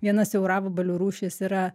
viena siauravabalių rūšis yra